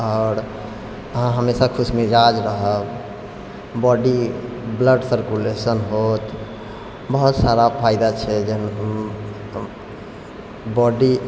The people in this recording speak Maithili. आओर अहाँ हमेशा खुशमिजाज रहब बॉडी ब्लड सर्कुलेशन होत बहुत सारा फायदा छै बॉडी